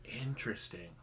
interesting